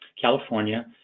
California